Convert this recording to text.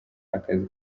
akazi